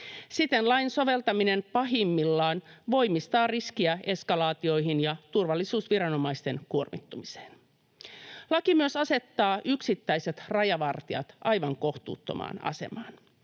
Siten lain soveltaminen pahimmillaan voimistaa riskiä eskalaatioihin ja turvallisuusviranomaisten kuormittumiseen. Laki myös asettaa yksittäiset rajavartijat aivan kohtuuttomaan asemaan.